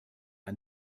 ein